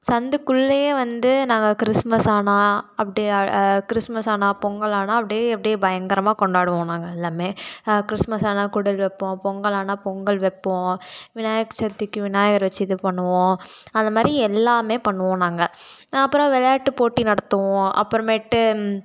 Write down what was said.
சந்துக்குள்ளையே வந்து நாங்கள் கிறிஸ்மஸ் ஆனால் அப்படே அ கிறிஸ்மஸ் ஆனால் பொங்கல் ஆனால் அப்படியே அப்படியே பயங்கரமாக கொண்டாடுவோம் நாங்கள் எல்லாமே கிறிஸ்மஸ் ஆனால் குடில் வைப்போம் பொங்கல் ஆனால் பொங்கல் வைப்போம் விநாயகர் சதுர்த்திக்கு விநாயகர் வச்சு இதுப் பண்ணுவோம் அந்த மாதிரி எல்லாமே பண்ணுவோம் நாங்கள் அப்புறம் விளையாட்டுப் போட்டி நடத்துவோம் அப்புறமேட்டு